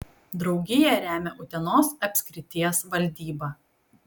draugiją remia utenos apskrities valdyba